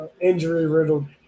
Injury-riddled